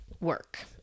work